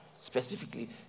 specifically